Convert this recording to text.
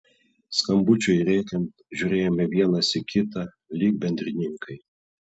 skambučiui rėkiant žiūrėjome vienas į kitą lyg bendrininkai